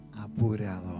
apurado